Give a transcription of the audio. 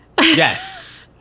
Yes